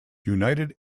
united